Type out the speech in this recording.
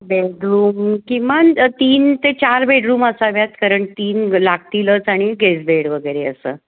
bedroom किमान तीन ते चार बेडरूम असाव्यात कारण तीन लागतीलच आणि गेस बेड वगैरे असं